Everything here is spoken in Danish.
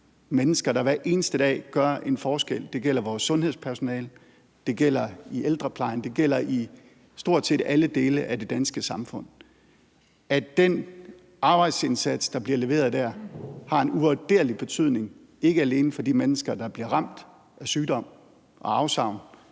mennesker, der hver eneste dag gør en forskel. Det gælder vores sundhedspersonale, det gælder i ældreplejen, det gælder for stort set alle dele af det danske samfund, at denne arbejdsindsats, der bliver leveret der, har en uvurderlig betydning, ikke alene for de mennesker, der bliver ramt af sygdom og afsavn,